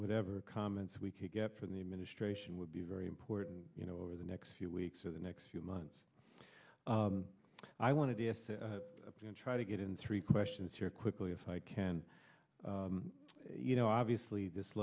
whatever comments we could get from the administration would be very important you know over the next few weeks or the next few months i want to try to get in three questions here quickly if i can you know